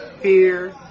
fear